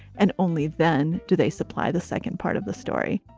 and only then do they supply the second part of the story